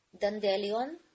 dandelion